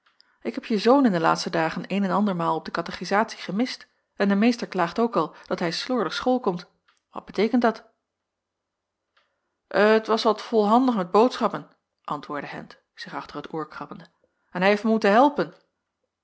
ik heb je zoon in de laatste dagen een en andermaal op de katechisatie gemist en de meester klaagt ook al dat hij slordig school komt wat beteekent dat het was wat volhandig met boodschappen antwoordde hendt zich achter t oor krabbende en hij heeft mij moeten helpen